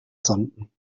sonden